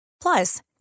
Plus